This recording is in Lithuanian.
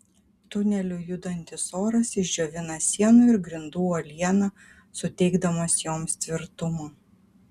tuneliu judantis oras išdžiovina sienų ir grindų uolieną suteikdamas joms tvirtumo